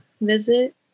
visit